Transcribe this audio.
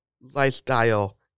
lifestyle